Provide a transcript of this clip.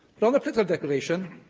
but on the political declaration,